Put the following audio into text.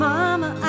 Mama